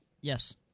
Yes